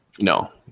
No